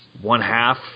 one-half